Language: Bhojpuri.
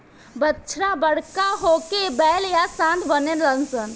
बाछा बड़का होके बैल या सांड बनेलसन